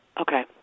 Okay